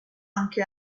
anche